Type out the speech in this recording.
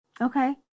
Okay